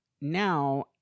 now